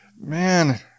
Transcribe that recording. man